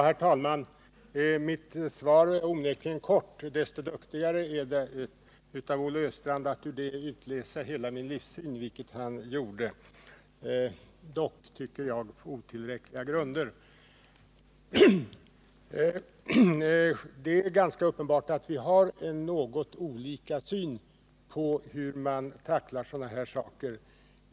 Herr talman! Mitt svar är onekligen kort. Desto duktigare är det av Olle Östrand att utläsa ur det hela min livssyn — vilket han dock gjorde, tycker jag, på otillräckliga grunder. Det är ganska uppenbart att vi har en något olika syn på hur man tacklar sådana här saker.